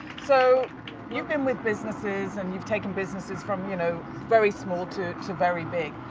so you've been with businesses and you've taken businesses from you know very small to to very big.